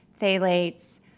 phthalates